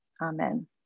Amen